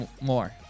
more